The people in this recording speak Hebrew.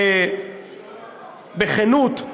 בכנות,